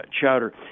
chowder